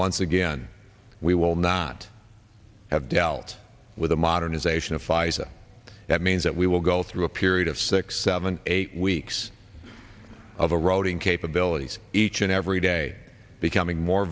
once again we will not have dealt with a modernization of pfizer that means that we will go through a period of six seven eight weeks of eroding capabilities each and every day becoming more